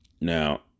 Now